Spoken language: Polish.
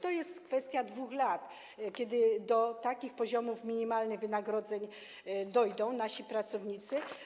To jest kwestia 2 lat, kiedy do takich poziomów minimalnych wynagrodzeń dojdą nasi pracownicy.